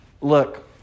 look